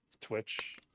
Twitch